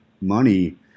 money